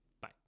Bye